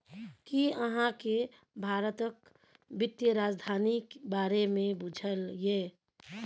कि अहाँ केँ भारतक बित्तीय राजधानी बारे मे बुझल यै?